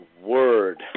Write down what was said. word